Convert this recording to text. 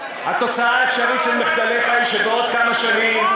התוצאה האפשרית של מחדליך היא שבעוד כמה שנים